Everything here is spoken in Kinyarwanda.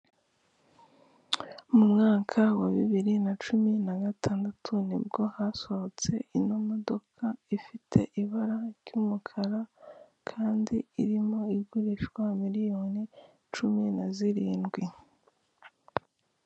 Mu mwaka wa bibiri na cumi na gatandatu, ni bwo hasohotse ino modoka ifite ibara ry'umukara, kandi irimo igurishwa miliyoni cumi na zirindwi.